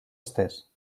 estès